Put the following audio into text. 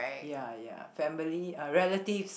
ya ya family uh relatives